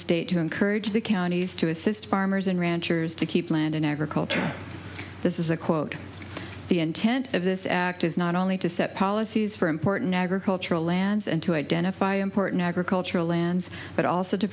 state to encourage the counties to assist farmers and ranchers to keep land in agriculture this is a quote the intent of this act is not only to set policies for important agricultural lands and to identify important agricultural lands but also to